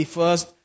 first